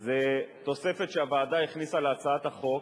תוספת שהוועדה הכניסה להצעת החוק,